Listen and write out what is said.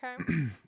okay